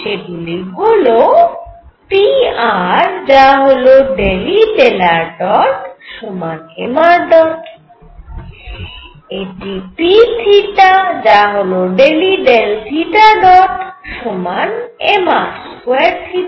সেগুলি হল pr যা হল ∂E∂ṙ সমান mṙ এটি p যা হল ∂E∂θ̇ সমান mr2θ̇